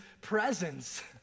presence